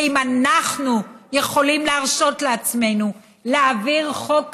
האם אנחנו יכולים להרשות לעצמנו להעביר חוק כזה?